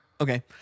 Okay